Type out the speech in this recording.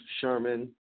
Sherman